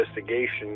investigation